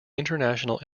international